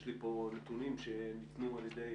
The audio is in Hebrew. יש לי פה נתונים שניתנו על ידי